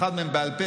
אחד מהם בעל פה,